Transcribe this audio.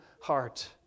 heart